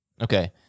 Okay